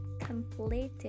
completed